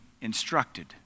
instructed